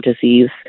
disease